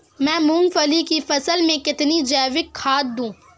मैं मूंगफली की फसल में कितनी जैविक खाद दूं?